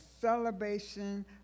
celebration